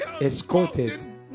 escorted